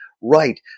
Right